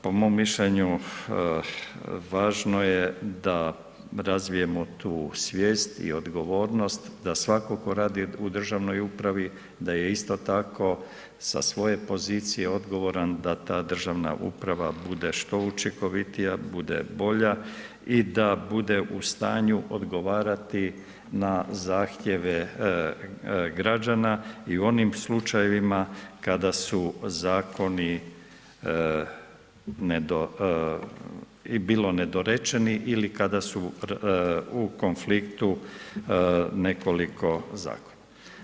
Po mom mišljenju važno je da razvijemo tu svijest i odgovornost, da svatko tko radi u državnoj upravi, da je isto tako sa svoje pozicije odgovoran da ta državna uprava bude što učinkovitija, bude bolja i da bude u stanju odgovarati na zahtjeve građana i u onim slučajevima kada su zakoni bilo nedorečeni ili kada su u konfliktu nekoliko zakona.